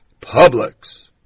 Publix